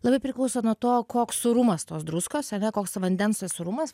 labai priklauso nuo to koks sūrumas tos druskos ar ne koks vandens sūrumas